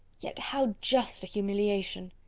yet, how just a humiliation!